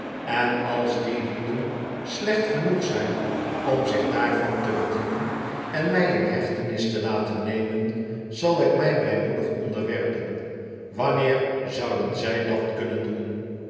en als die lieden slecht genoeg zijn om zich daarvan te bedienen en mij in hechtenis laten nemen zal ik mij blijmoedig onderwerpen wanneer zouden zij dat kunnen doen